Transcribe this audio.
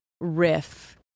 riff